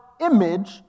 image